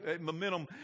Momentum